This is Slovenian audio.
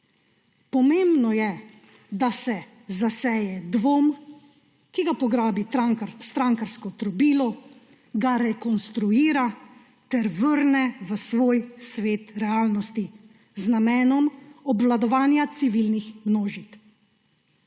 Pomembno je, da se zaseje dvom, ki ga pograbi strankarsko trobilo, ga rekonstruira ter vrne v svoj svet realnosti z namenom obvladovanja civilnih množic.